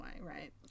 right